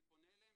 אני פונה אליהם,